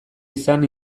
izan